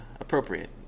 appropriate